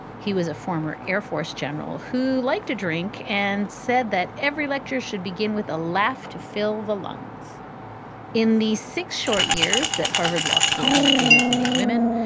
he was a former air force general who liked to drink and said that every lecturer should begin with a laugh to fill the lungs in these six short years that harvard law school had been admitting women.